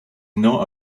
not